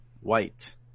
White